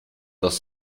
das